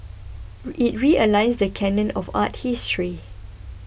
it realigns the canon of art history